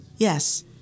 Yes